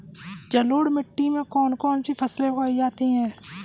जलोढ़ मिट्टी में कौन कौन सी फसलें उगाई जाती हैं?